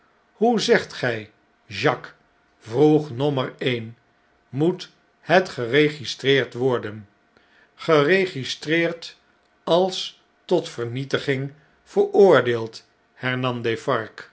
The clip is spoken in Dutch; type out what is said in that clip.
hoe zegt gij jacques vroegnommer een moet het geregistreerd worden geregistreerd als tot vernietiging veroordeeld